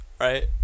right